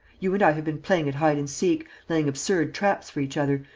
you and i have been playing at hide-and-seek, laying absurd traps for each other,